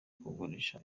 kugurisha